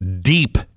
Deep